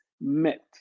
met